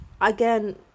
Again